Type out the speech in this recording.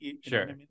Sure